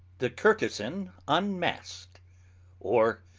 the curtezan unmasked or,